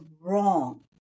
wrong